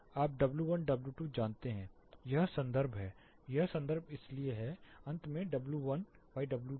आप W 1 W 2 जानते हैं यह संदर्भ है यह संदर्भ है इसलिए अंत में डब्ल्यू 1 डब्ल्यू 2